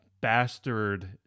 bastard